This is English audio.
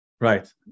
Right